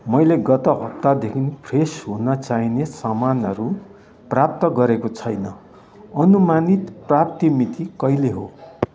मैले गत हप्तादेखिन् फ्रेस हुन चाहिने सामानहरू प्राप्त गरेको छैन अनुमानित प्राप्ति मिति कहिले हो